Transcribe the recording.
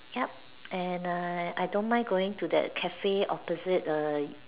yup and err I don't mind going to that Cafe opposite err